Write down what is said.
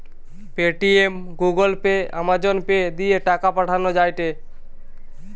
Paytm, Google pay, Amazon pay দিয়ে টাকা পাঠান যায়টে